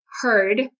heard